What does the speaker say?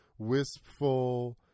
wispful